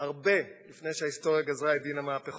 הרבה לפני שההיסטוריה גזרה את דין המהפכות